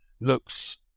looks